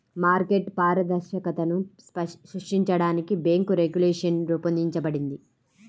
market పారదర్శకతను సృష్టించడానికి bank regulation రూపొందించబడింది